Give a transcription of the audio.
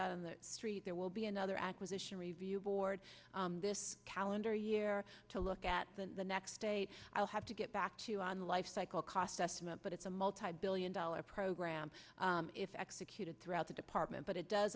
is in the street there will be another acquisition review board this calendar year to look at the next stage i'll have to get back to you on lifecycle cost estimate but it's a multibillion dollar program if executed throughout the department but it does